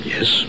Yes